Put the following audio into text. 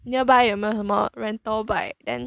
nearby 有没有什么 rental bike then